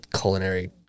culinary